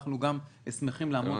אנחנו גם שמחים לעמוד -- ערן,